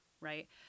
right